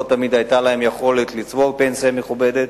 ולא תמיד היתה להם יכולת לצבור פנסיה מכובדת.